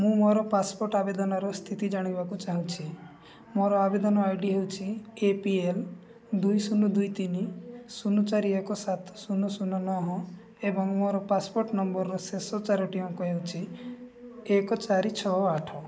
ମୁଁ ମୋର ପାସପୋର୍ଟ ଆବେଦନର ସ୍ଥିତି ଜାଣିବାକୁ ଚାହୁଁଛି ମୋର ଆବେଦନ ଆଇ ଡ଼ି ହେଉଛି ଏ ପି ଏଲ୍ ଦୁଇ ଶୂନ ଦୁଇ ତିନି ଶୂନ ଚାରି ଏକ ସାତ ଶୂନ ଶୂନ ନଅ ଏବଂ ମୋର ପାସପୋର୍ଟ ନମ୍ବରର ଶେଷ ଚାରୋଟି ଅଙ୍କ ହେଉଛି ଏକ ଚାରି ଛଅ ଆଠ